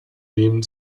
nehmen